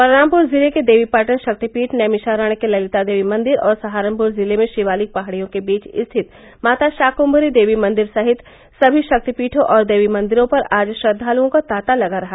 बलरामपुर जिले के देवीपाटन शक्तिपीठ नैमिषारण्य के ललिता देवी मंदिर और सहारनपुर जिले में शिवालिक पहाड़ियो के बीच स्थित माता शाकुम्मरी देवी मंदिर सहित सभी शक्तिपीठो और देवी मंदिरो पर आज श्रद्वालुओं का तॉता लगा रहा